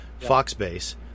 Foxbase